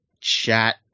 chat